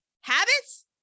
Habits